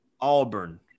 Auburn